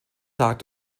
tag